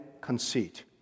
conceit